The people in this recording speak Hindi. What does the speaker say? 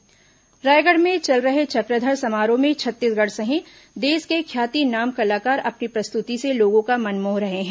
चक्रधर समारोह रायगढ़ में चल रहे चक्रधर समारोह में छत्तीसगढ़ सहित देश के ख्याति नाम कलाकार अपनी प्रस्तुति से लोगों का मन मोह रहे हैं